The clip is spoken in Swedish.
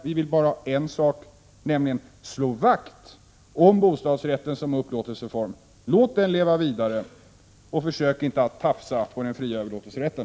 Vi vill bara en sak, nämligen slå vakt om bostadsrätten som upplåtelseform. Låt den leva vidare, och försök inte att tafsa på den fria överlåtelserätten!